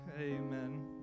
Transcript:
Amen